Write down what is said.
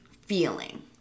feeling